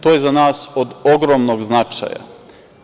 To je za nas od ogromnog značaja.